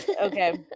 Okay